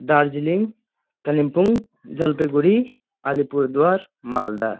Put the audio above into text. Darjeeling Kalimpong Jalpaiguri Alipurduar Malda